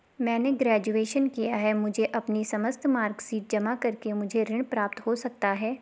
मैंने ग्रेजुएशन किया है मुझे अपनी समस्त मार्कशीट जमा करके मुझे ऋण प्राप्त हो सकता है?